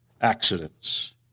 accidents